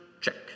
Check